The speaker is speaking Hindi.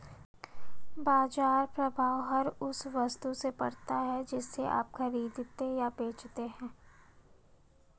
बाज़ार प्रभाव हर उस वस्तु से पड़ता है जिसे आप खरीदते या बेचते हैं